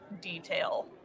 detail